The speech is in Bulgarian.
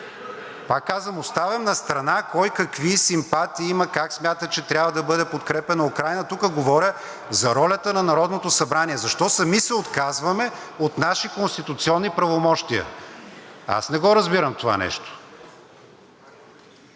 Пак казвам, оставям настрана кой какви симпатии има, как смята, че трябва да бъде подкрепяна Украйна, тук говоря за ролята на Народното събрание. Защо сами се отказваме от наши конституционни правомощия? Аз не разбирам това нещо.